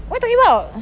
what you talking about